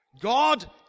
God